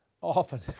often